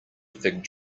fig